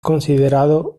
considerado